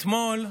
אתמול,